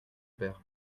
père